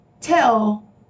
tell